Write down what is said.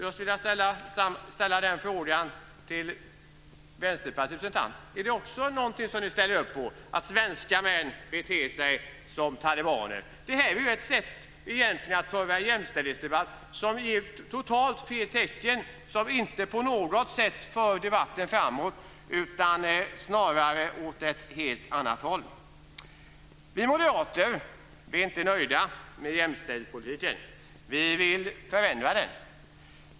Jag skulle vilja ställa en fråga till Vänsterpartiets representant: Ställer ni också upp på detta uttalande om att svenska män beter sig som talibaner? Det här är ett sätt att föra jämställdhetsdebatt som ger totalt fel signaler och inte på något sätt för debatten framåt utan snarare åt ett helt annat håll. Vi moderater är inte nöjda med jämställdhetspolitiken. Vi vill förändra den.